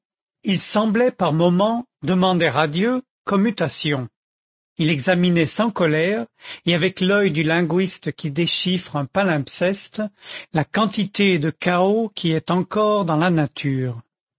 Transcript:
il semblait par moments demander à dieu des commutations il examinait sans colère et avec l'oeil du linguiste qui déchiffre un palimpseste la quantité de chaos qui est encore dans la nature